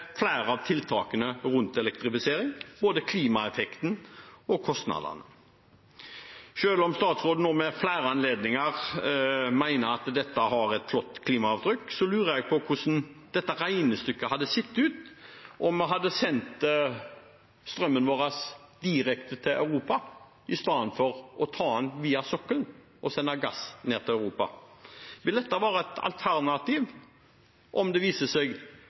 flere av tiltakene rundt elektrifisering, både klimaeffekten og kostnadene. Selv som statsråden nå ved flere anledninger sier at hun mener at dette har et flott klimaavtrykk, lurer jeg på hvordan dette regnestykket hadde sett ut om vi hadde sendt strømmen vår direkte til Europa, i stedet for å ta den via sokkelen og sende gass ned til Europa. Vil dette være et alternativ om det viser seg